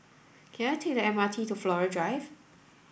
can I take the M R T to Flora Drive